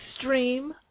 stream